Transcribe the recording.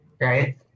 right